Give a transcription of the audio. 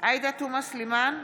עאידה תומא סלימאן,